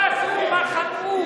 מה עשו ומה חטאו